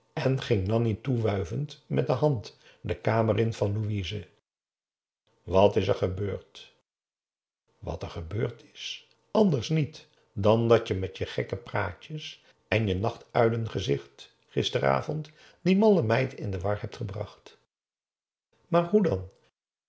en ging nanni toewuivend met de hand de kamer in van louise wat is er gebeurd wat er gebeurd is anders niet dan dat je met je gekke praatjes en je nachtuilen gezicht gisteravond die malle meid in de war hebt gebracht maar hoe dan